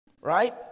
Right